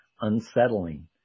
unsettling